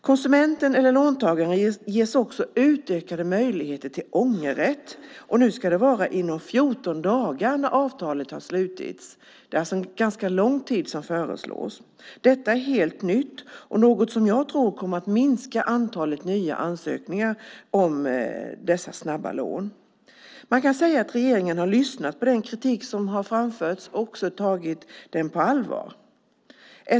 Konsumenten eller låntagaren ges också en utökad ångerrätt i 14 dagar från det att avtalet har slutits. Det är alltså en ganska lång tid som föreslås. Detta är helt nytt och något som jag tror kommer att minska antalet nya ansökningar om dessa snabba lån. Man kan säga att regeringen har lyssnat på den kritik som har framförts och tagit den på allvar.